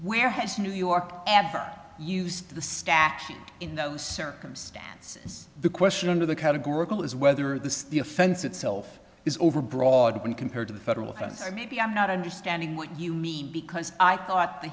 where has new york ever used the statute in those circumstances the question under the categorical is whether the the offense itself is overbroad when compared to the federal offense or maybe i'm not understanding what you mean because i thought the